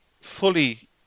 fully